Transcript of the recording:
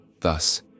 Thus